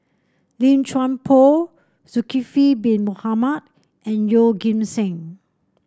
Lim Chuan Poh Zulkifli Bin Mohamed and Yeoh Ghim Seng